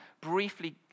briefly